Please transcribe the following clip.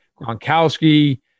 Gronkowski